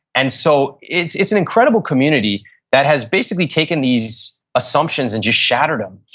and so, it's it's an incredible community that has basically taken these assumptions and just shattered them.